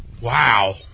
Wow